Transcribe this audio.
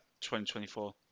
2024